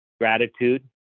gratitude